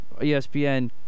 ESPN